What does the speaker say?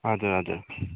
हजुर हजुर